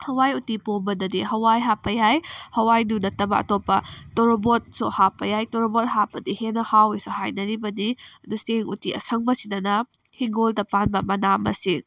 ꯍꯋꯥꯏ ꯎꯇꯤ ꯄꯣꯝꯕꯗꯗꯤ ꯍꯋꯥꯏ ꯍꯥꯞꯄ ꯌꯥꯏ ꯍꯋꯥꯏꯗꯨ ꯅꯠꯇꯕ ꯑꯇꯣꯞꯄ ꯇꯣꯔꯣꯕꯣꯠꯁꯨ ꯍꯥꯞꯄ ꯌꯥꯏ ꯇꯣꯔꯣꯕꯣꯠ ꯍꯥꯞꯄꯗꯤ ꯍꯦꯟꯅ ꯍꯥꯎꯋꯦꯁꯨ ꯍꯥꯏꯅꯔꯤꯕꯅꯤ ꯑꯗꯨ ꯆꯦꯡ ꯎꯇꯤ ꯑꯁꯪꯕꯁꯤꯗꯅ ꯍꯤꯡꯒꯣꯜꯗ ꯄꯥꯟꯕ ꯃꯅꯥ ꯃꯁꯤꯡ